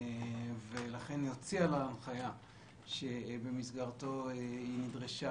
ולכן היא הוציאה לה הנחיה שבמסגרתו היא נדרשה